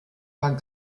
war